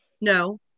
no